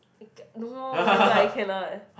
no oh-my-god I cannot